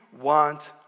want